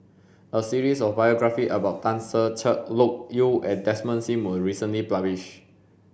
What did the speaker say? a series of biographies about Tan Ser Cher Loke Yew and Desmond Sim was recently published